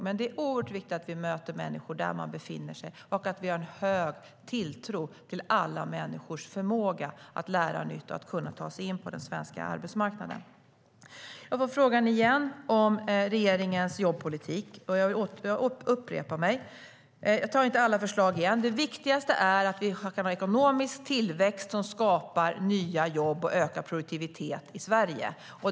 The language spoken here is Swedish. Det är dock oerhört viktigt att vi möter människor där de befinner sig och att vi har stor tilltro till alla människors förmåga att lära nytt och ta sig in på den svenska arbetsmarknaden. Jag får återigen frågan om regeringens jobbpolitik. Jag upprepar mig, men jag tar inte alla förslag igen. Det viktigaste är att vi har en ekonomisk tillväxt som skapar nya jobb och ökar produktiviteten i Sverige.